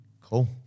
Cool